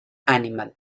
animal